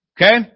Okay